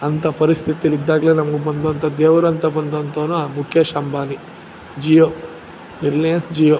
ಅಂಥ ಪರಿಸ್ಥಿತೀಲ್ ಇದ್ದಾಗಲೇ ನಮಗೆ ಬಂದಂಥ ದೇವರಂತೆ ಬಂದಂಥವನು ಆ ಮುಖೇಶ್ ಅಂಬಾನಿ ಜಿಯೋ ರಿಲಯನ್ಸ್ ಜಿಯೋ